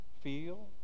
feel